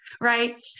right